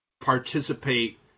participate